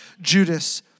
Judas